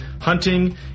hunting